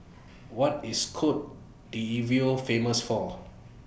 What IS Cote D'Ivoire Famous For